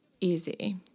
easy